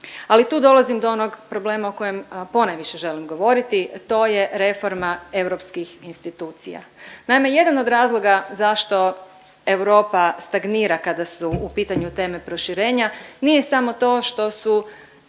ali tu dolazim do onog problema o kojem ponajviše želim govoriti, to je reforma europskih institucija. Naime, jedan od razloga zašto Europa stagnira kada su u pitanju teme proširenja nije samo to što su